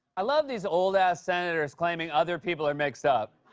i love these old-ass senators claiming other people are mixed up.